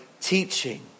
teaching